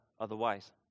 otherwise